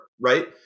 right